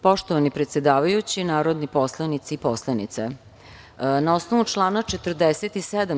Poštovani predsedavajući, narodni poslanici i poslanice, na osnovu člana 47.